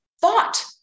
thought